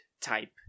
type